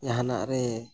ᱡᱟᱦᱟᱱᱟᱜ ᱨᱮ